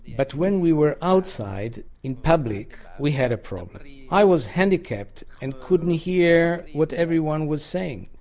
but when we were outside, in public, we had a problem. i was handicapped and couldn't hear what everyone was saying.